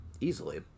easily